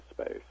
space